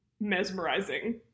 mesmerizing